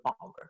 power